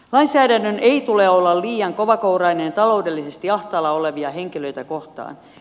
lainsäädännön ei tule olla liian kovakourainen taloudellisesti ahtaalla olevia henkilöitä kohtaan